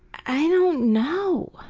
i don't know.